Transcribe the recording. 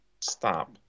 Stop